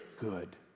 good